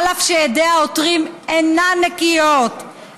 אף שידי העותרים אינן נקיות,